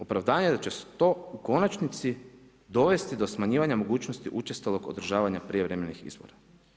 Opravdanje da će se to u konačnici dovesti do smanjivanja mogućnosti učestalog održavanja prijevremenih izbora.